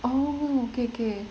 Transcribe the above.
orh okay okay